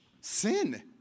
Sin